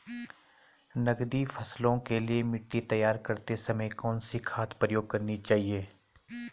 नकदी फसलों के लिए मिट्टी तैयार करते समय कौन सी खाद प्रयोग करनी चाहिए?